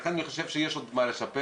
לכן אני חושב שיש עוד מה לשפר,